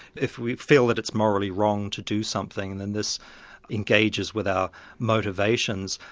if we feel that it's morally wrong to do something then this engages with our motivations.